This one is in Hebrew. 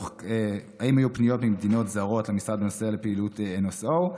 האם היו פניות ממדינות זרות למשרד בנוגע לפעילות NSO,